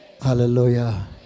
Hallelujah